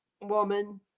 woman